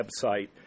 website